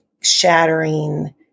shattering